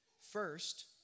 First